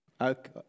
Okay